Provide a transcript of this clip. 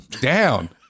down